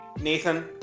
Nathan